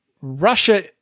Russia